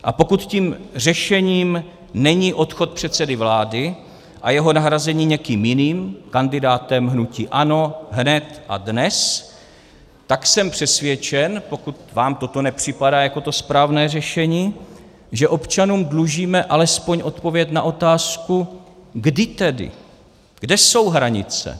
A pokud tím řešením není odchod předsedy vlády a jeho nahrazení někým jiným, kandidátem hnutí ANO, hned a dnes, tak jsem přesvědčen, pokud vám toto nepřipadá jako to správné řešení, že občanům dlužíme alespoň odpověď na otázku, kdy tedy, kde jsou hranice.